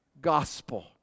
gospel